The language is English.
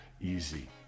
easy